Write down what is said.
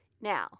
Now